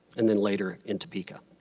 and then later in topeka.